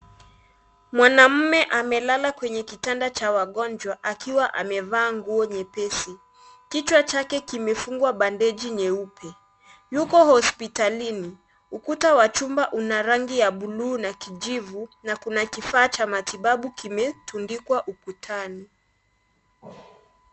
Mwanamme amelala kwenye kitanda cha wagonjwa. Akiwa amevaa nguo nyepesi. Kichwa chake kimefungwa bandeji nyeupe. Yuko hospitalini. Ukuta wa chumba una rangi ya bluu na kijivu. Na kuna kifaa cha matibabu kimetundikwa ukutani.